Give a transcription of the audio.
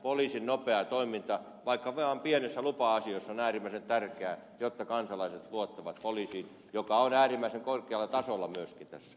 poliisin nopea toiminta vaikka vain pienissä lupa asioissa on äärimmäisen tärkeää jotta kansalaiset luottavat poliisiin joka on äärimmäisen korkealla tasolla myöskin tässä